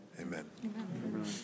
Amen